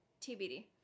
TBD